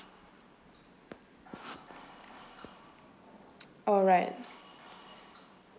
alright